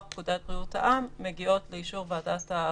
פקודת בריאות העם מגיעות לאישור ועדת העבודה,